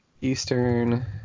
Eastern